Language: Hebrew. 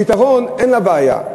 פתרון אין לבעיה.